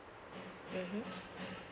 mmhmm